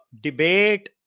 debate